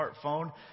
smartphone